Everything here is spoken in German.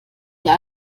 wir